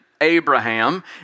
Abraham